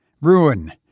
ruin